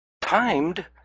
Timed